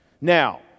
Now